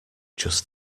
just